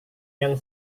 yang